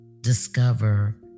discover